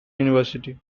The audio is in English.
university